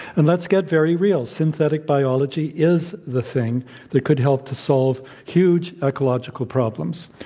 and let's get very real. synthetic biology is the thing that could help to solve huge ecological problems